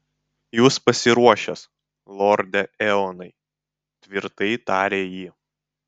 jūs pasiruošęs lorde eonai tvirtai tarė ji